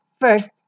First